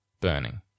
burning